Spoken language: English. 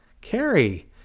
Carrie